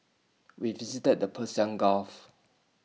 we visited the Persian gulf